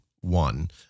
one